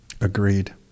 Agreed